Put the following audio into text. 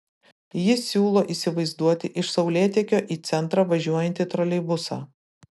jis siūlo įsivaizduoti iš saulėtekio į centrą važiuojantį troleibusą